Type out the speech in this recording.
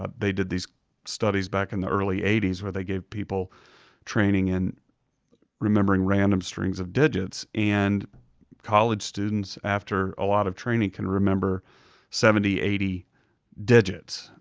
ah they did these studies back in the early eighty s where they gave people training in remembering random strings of digits, and college students, after a lot of training, can remember seventy, eighty digits.